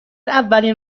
اولین